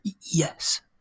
yes